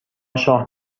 شاه